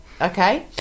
Okay